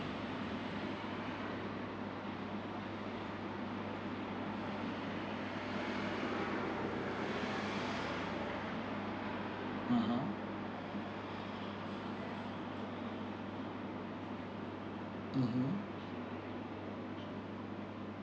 a'ah mmhmm